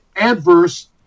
adverse